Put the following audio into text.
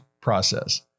process